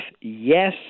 yes